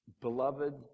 Beloved